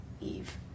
Eve